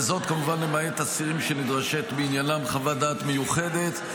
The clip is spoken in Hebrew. וזאת כמובן למעט אסירים שנדרשת בעניינם חוות דעת מיוחדת,